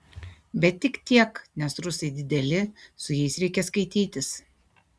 bet tik tiek nes rusai dideli su jais reikia skaitytis